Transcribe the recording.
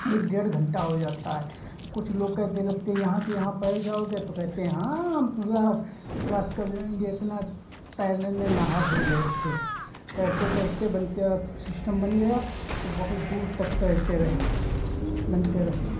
एक डेढ़ घंटा हो जाता है कुछ लोग कह देने लगते हैं यहाँ से यहाँ पैर जाओगे तो कहते हैं हाँ हम पूरा क्रॉस कर जाएंगे इतना तैरने में माहिर हो गए थे तैरते तैरते सिस्टम बन गया तो बहुत दूर तक तैरते रहे बनते रहे हैं